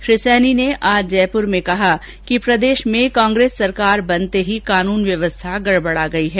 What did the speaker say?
श्री सैनी ने आज जयपुर में कहा कि प्रदेश में ग्रेस सरकार बनते ही कानून व्यवस्था गड़बड़ा गई है